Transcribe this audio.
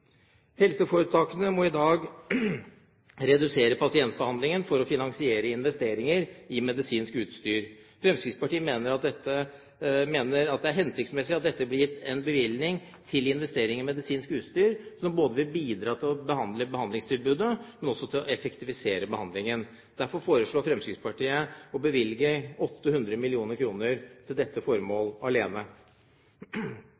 Helseforetakene må i dag redusere pasientbehandlingen for å finansiere investeringer i medisinsk utstyr. Fremskrittspartiet mener det er hensiktsmessig at det blir gitt en bevilgning til medisinsk utstyr, som ikke bare vil bidra til å bedre behandlingstilbudet, men også til å effektivisere behandlingen. Derfor foreslår Fremskrittspartiet å bevilge 800 mill. kr til dette